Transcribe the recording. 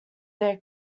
their